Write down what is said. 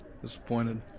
Disappointed